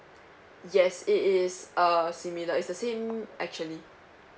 yes it is uh similar is the same actually